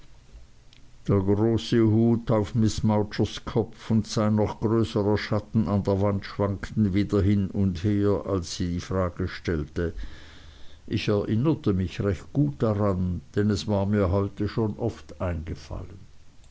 der große hut auf miß mowchers kopf und sein noch größerer schatten an der wand schwankten wieder hin und her als sie die frage stellte ich erinnerte mich recht gut daran denn es war mir heute schon oft eingefallen